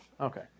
Okay